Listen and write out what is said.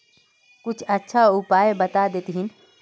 कुछ अच्छा उपाय बता देतहिन?